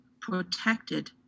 protected